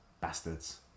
Bastards